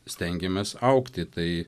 stengiamės augti tai